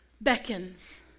beckons